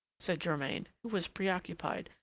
said germain, who was preoccupied,